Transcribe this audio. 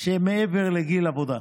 הם מעבר לגיל עבודה,